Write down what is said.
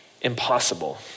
impossible